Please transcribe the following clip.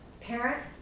parent